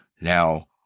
Now